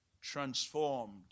transformed